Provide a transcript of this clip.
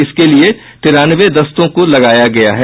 इसके लिए तिरानवें दस्तों को लगाया गया है